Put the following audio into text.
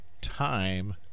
time